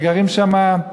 שגרים שם,